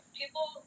people